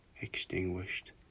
extinguished